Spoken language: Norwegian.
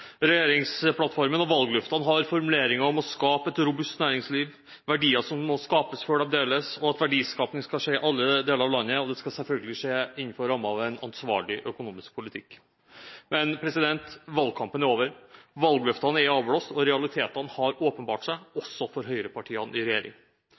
Regjeringsplattformen og valgløftene har formuleringer om å skape et robust næringsliv, om verdier som må skapes før de deles, at verdiskaping skal skje i alle deler av landet – og det skal selvfølgelig skje innenfor rammene av en ansvarlig økonomisk politikk. Men valgkampen er over, valgløftene er avblåst og realitetene har åpenbart seg,